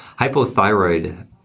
Hypothyroid